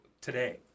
today